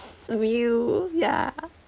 meal ya